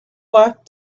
lot